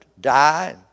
die